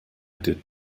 did